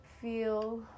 feel